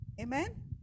Amen